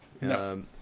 No